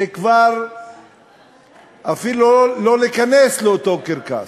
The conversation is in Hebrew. זה כבר אפילו לא להיכנס לאותו קרקס.